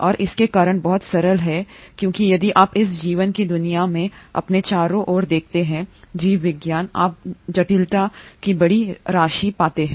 और इसका कारण बहुत सरल है क्योंकि यदि आप इस जीवन की दुनिया में अपने चारों ओर देखते हैं जीव विज्ञान आप जटिलता की बड़ी राशि पाते हैं